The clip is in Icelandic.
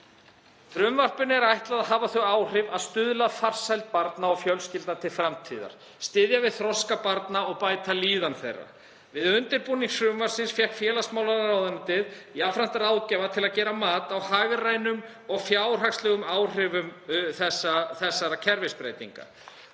Frumvarpinu er ætlað að hafa þau áhrif að stuðla að farsæld barna og fjölskyldna til framtíðar, styðja við þroska barna og bæta líðan þeirra. Við undirbúning frumvarpsins fékk félagsmálaráðuneytið jafnframt ráðgjafa til að gera mat á hagrænum og fjárhagslegum áhrifum þessara kerfisbreytinga.